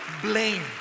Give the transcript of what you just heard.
blame